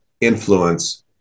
influence